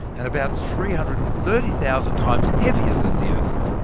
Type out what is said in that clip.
and about three hundred and thirty thousand times heavier than the earth.